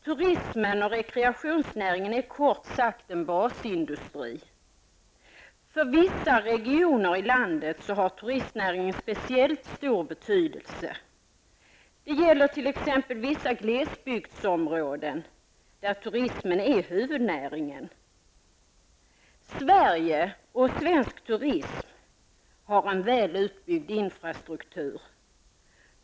Turismen och rekreationsnäringen är kort sagt en basindustri. För vissa regioner i landet har turistnäringen speciellt stor betydelse. Det gäller t.ex. vissa glesbygdsområden, där turismen är huvudnäringen. Sverige och svensk turism har en väl utbyggd infrastruktur.